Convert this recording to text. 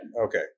Okay